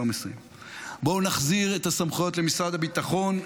בואו נחזיר את הסמכויות למשרד הביטחון,